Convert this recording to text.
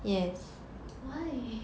why